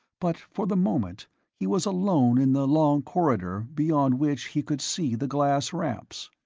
but for the moment he was alone in the long corridor beyond which he could see the glass ramps.